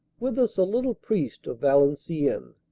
with us a little priest of valenciennes,